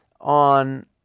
on